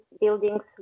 buildings